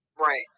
right